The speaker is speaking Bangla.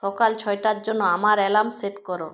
সকাল ছয়টার জন্য আমার অ্যালার্ম সেট করো